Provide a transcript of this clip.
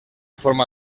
forma